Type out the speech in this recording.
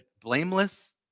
blameless